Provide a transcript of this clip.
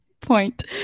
point